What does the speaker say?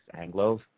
Anglos